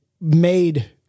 made